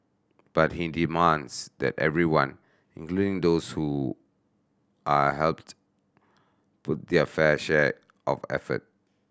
but he demands that everyone including those who are helped put their fair share of effort